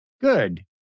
Good